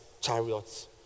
chariots